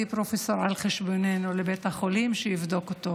פרופסור על חשבוננו לבית החולים שיבדוק אותו.